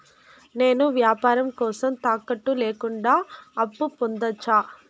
నేను వ్యాపారం కోసం తాకట్టు లేకుండా అప్పు పొందొచ్చా?